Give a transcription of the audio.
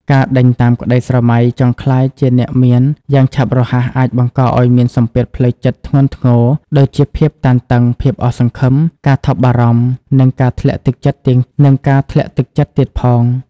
ការដេញតាមក្តីស្រមៃចង់ក្លាយជាអ្នកមានយ៉ាងឆាប់រហ័ស អាចបង្កឱ្យមានសម្ពាធផ្លូវចិត្តធ្ងន់ធ្ងរ ដូចជាភាពតានតឹង ភាពអស់សង្ឃឹម ការថប់បារម្ភ និងការធ្លាក់ទឹកចិត្តទៀតផង។